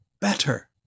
better